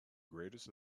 greatest